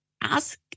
ask